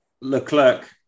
Leclerc